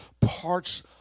parts